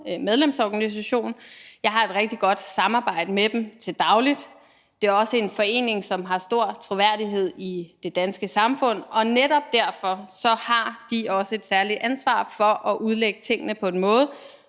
Jeg har et rigtig godt samarbejde med dem til daglig. Det er også en forening, som har stor troværdighed i det danske samfund, og netop derfor har de også et særligt ansvar for at udlægge tingene på en måde,